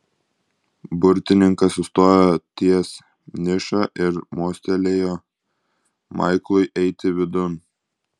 burtininkas sustojo ties niša ir mostelėjo maiklui eiti vidun